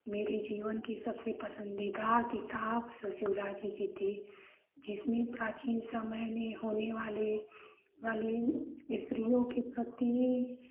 मेरे जीवन की सबसे पसंदीदा किताब सोसिओलाॅजी की थी जिसमें प्राचीन समय में होने वाले वाली स्त्रियों के प्रति